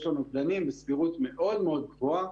לו נוגדנים בסבירות מאוד מאוד גבוהה,